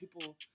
people